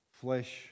flesh